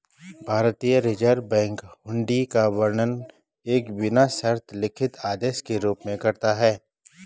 भारतीय Reserve Bank हुंडी का वर्णन एक बिना शर्त लिखित आदेश के रूप में करता है